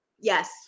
yes